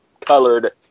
colored